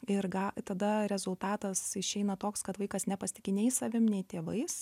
ir ga ir tada rezultatas išeina toks kad vaikas nepasitiki nei savim nei tėvais